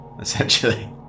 essentially